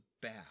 bad